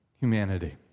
humanity